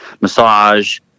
massage